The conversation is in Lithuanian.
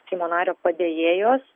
tos seimo nario padėjėjos